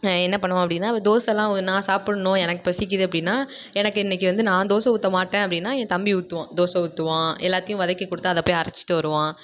என்ன பண்ணுவான் அப்படின்னா தோசைலாம் நான் சாப்பிட்ணும் எனக்கு பசிக்குது அப்படின்னா எனக்கு இன்னைக்கி வந்து நான் தோசை ஊற்ற மாட்டேன் அப்படின்னா என் தம்பி ஊற்றுவான் தோசை ஊற்றுவான் எல்லாத்தையும் வதக்கி கொடுத்தா அதை போய் அரைச்சிட்டு வருவான்